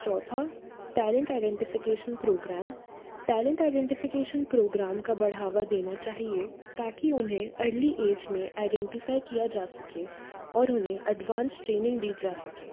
चौथा talent identification programme talent identification programme का बढ़ावा देना चाहिए ताकि उन्हें अर्ली एज में आईडेन्टिफाई किया जा सके और उन्हें अडवान्स ट्रेनिंग दी जा सके